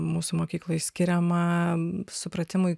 mūsų mokykloj skiriama supratimui